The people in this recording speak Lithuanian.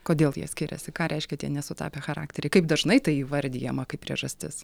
kodėl jie skiriasi ką reiškia tie nesutapę charakteriai kaip dažnai tai įvardijama kaip priežastis